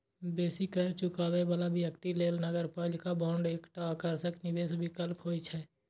बेसी कर चुकाबै बला व्यक्ति लेल नगरपालिका बांड एकटा आकर्षक निवेश विकल्प होइ छै